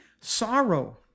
sorrow